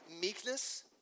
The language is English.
meekness